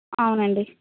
అవునండి